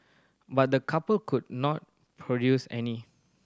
but the couple could not produce any